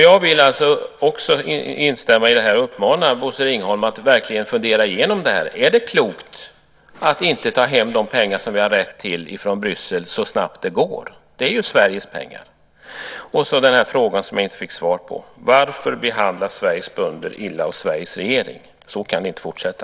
Jag vill därför instämma i det som sagts och uppmana Bosse Ringholm att verkligen fundera igenom frågan. Är det klokt att inte så snabbt som möjligt ta hem de pengar från Bryssel som vi har rätt till? Det handlar ju om Sveriges pengar. Sedan den fråga som jag inte fick något svar på: Varför behandlas Sveriges bönder illa av Sveriges regering? Så kan det inte fortsätta.